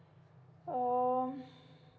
um